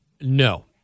no